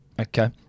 Okay